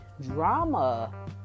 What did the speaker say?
drama